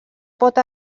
pot